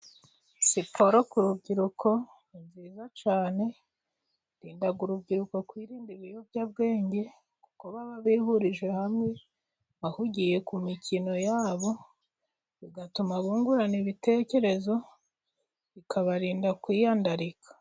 Siporo ku rubyiruko, ni nziza cyane, irinda urubyiruko kwirinda ibiyobyabwenge, kuko baba bihurije hamwe, bahugiye ku mikino yabo, bigatuma bungurana ibitekerezo, bikabarinda kwiyandarika.